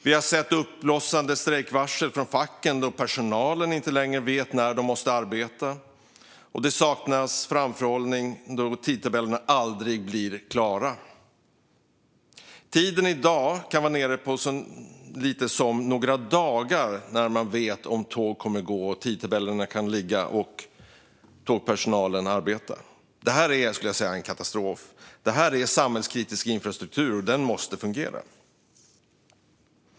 Vi har sett uppblossande strejkvarsel från facken då personalen inte längre vet när de måste arbeta, och det saknas framförhållning då tidtabellerna aldrig blir klara. Tiden i dag kan vara nere på så lite som några dagar innan man vet om tåg kommer att gå, om tidtabellerna kan ligga fast och om tågpersonalen kan arbeta. Detta skulle jag säga är en katastrof. Det handlar om samhällskritisk infrastruktur som måste fungera.